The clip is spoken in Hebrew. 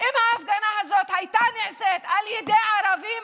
אם ההפגנה הזאת הייתה נעשית על ידי ערבים,